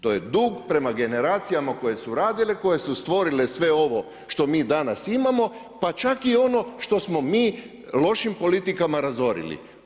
To je dug prema generacijama koje su radile i koje su stvorile sve ovo što mi danas imamo pa čak i ono što smo mi lošim politikama razorili.